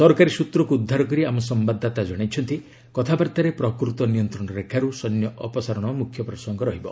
ସରକାରୀ ସୃତ୍ରକୁ ଉଦ୍ଧାର କରି ଆମ ସମ୍ଭାଦଦାତା ଜଣାଇଛନ୍ତି କଥାବାର୍ତ୍ତାରେ ପ୍ରକୃତ ନିୟନ୍ତ୍ରଣ ରେଖାରୁ ସୈନ୍ୟ ଅପସାରଣ ମ୍ରଖ୍ୟ ପ୍ରସଙ୍ଗ ରହିବ